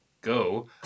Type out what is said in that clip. go